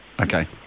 Okay